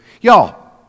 y'all